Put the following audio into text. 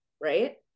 right